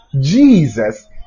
Jesus